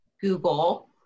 Google